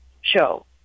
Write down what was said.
show